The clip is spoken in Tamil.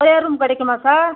நிறையா ரூம் கிடைக்குமா சார்